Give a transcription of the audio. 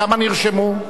כמה נרשמו?